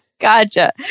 gotcha